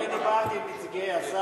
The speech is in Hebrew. אני דיברתי עם נציגי השר,